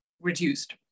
reduced